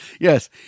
Yes